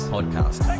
Podcast